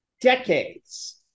decades